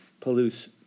Palouse